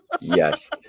Yes